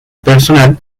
personal